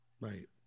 right